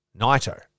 Naito